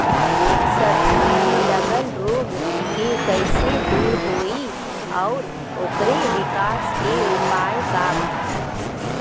सब्जी में लगल रोग के कइसे दूर होयी और ओकरे विकास के उपाय का बा?